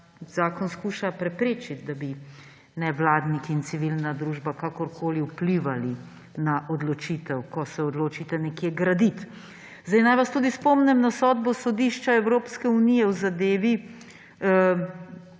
zakon skuša preprečiti, da bi nevladniki in civilna družba kakorkoli vplivali na odločitev, ko se odločite nekje graditi. Naj vas tudi spomnim na sodbo Sodišča Evropske unije v zadevi,